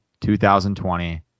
2020